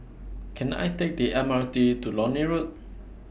Can I Take The M R T to Lornie Road